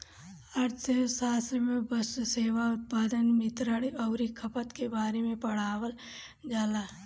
अर्थशास्त्र में वस्तु, सेवा, उत्पादन, वितरण अउरी खपत के बारे में पढ़ावल जाला